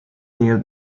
near